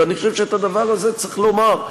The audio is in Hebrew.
ואני חושב שאת הדבר הזה צריך לומר.